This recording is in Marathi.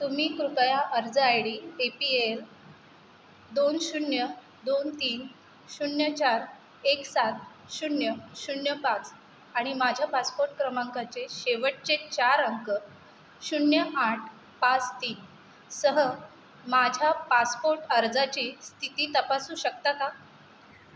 तुम्ही कृपया अर्ज I D A P L दोन शून्य दोन तीन शून्य चार एक सात शून्य शून्य पाच आणि माझ्या पासपोर्ट क्रमांकाचे शेवटचे चार अंक शून्य आठ पाच तीनसह माझ्या पासपोर्ट अर्जाची स्थिती तपासू शकता का